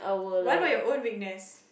what about your own weakness